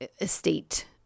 estate